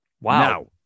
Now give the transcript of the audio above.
Wow